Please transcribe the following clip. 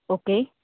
okay